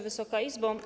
Wysoka Izbo!